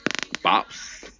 Bops